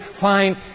find